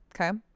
Okay